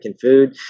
food